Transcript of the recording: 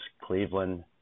Cleveland